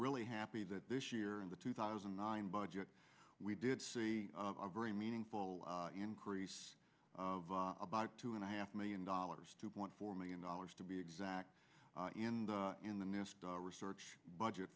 really happy that this year in the two thousand and nine budget we did see a very meaningful increase of about two and a half million dollars two point four million dollars to be exact in the new research budget